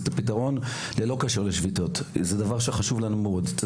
פתרון ודבר נוסף זה שתדע שמדובר בנושא שפתרונו חשוב לנו מאוד.